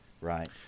right